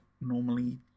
normally